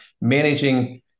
Managing